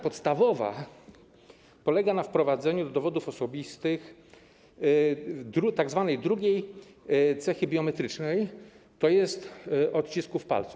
Podstawowa zmiana polega na wprowadzeniu do dowodów osobistych tzw. drugiej cechy biometrycznej, tj. odcisków palców.